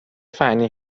فنی